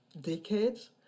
decades